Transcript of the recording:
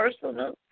personal